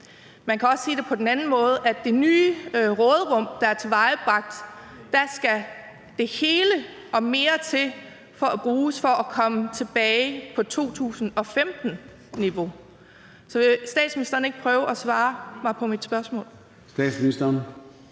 Man kan også sige det på en anden måde: Af det nye råderum, der er tilvejebragt, skal det hele og mere til bruges for at komme tilbage på 2015-niveau. Så vil statsministeren ikke prøve at svare mig på mit spørgsmål?